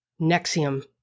nexium